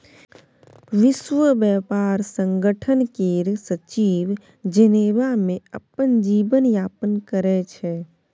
विश्व ब्यापार संगठन केर सचिव जेनेबा मे अपन जीबन यापन करै छै